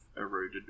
eroded